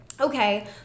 okay